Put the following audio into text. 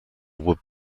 would